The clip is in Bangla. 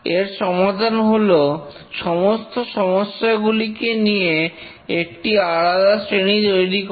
এর সমাধান হল সমস্ত সমস্যাগুলিকে নিয়ে একটি আলাদা শ্রেণী তৈরি করা